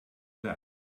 that